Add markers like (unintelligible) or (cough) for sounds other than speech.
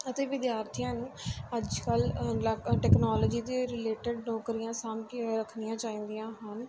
ਅਤੇ ਵਿਦਿਆਰਥੀਆਂ ਨੂੰ ਅੱਜ ਕੱਲ੍ਹ (unintelligible) ਟੈਕਨੋਲੋਜੀ ਦੇ ਰਿਲੇਟਡ ਨੌਕਰੀਆਂ ਸਾਂਭ ਕੇ ਰੱਖਣੀਆਂ ਚਾਹੀਦੀਆਂ ਹਨ